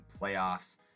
playoffs